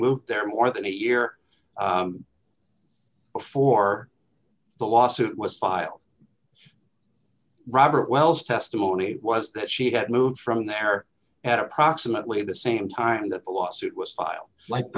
moved there more than a year before the lawsuit was filed robert wells testimony was that she had moved from there at approximately the same time that the lawsuit was filed like